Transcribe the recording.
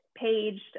paged